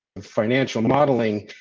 financial modeling,